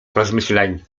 rozmyślań